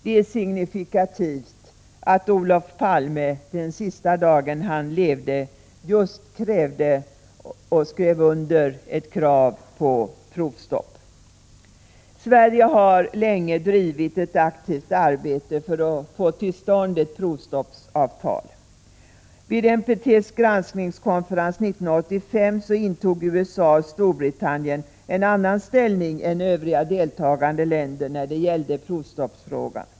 Det är signifikativt att Olof Palme den sista dagen han levde just skrev under ett krav på provstopp. Sverige har länge drivit ett aktivt arbete för att få till stånd ett provstoppsavtal. Vid NPT:s granskningskonferens 1985 intog USA och Storbritannien en annan ställning än övriga deltagande länder när det gällde provstoppsfrågan.